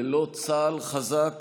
ללא צה"ל חזק